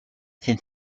and